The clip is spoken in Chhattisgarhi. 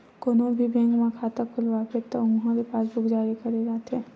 कोनो भी बेंक म खाता खोलवाबे त उहां ले पासबूक जारी करे जाथे